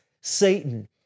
Satan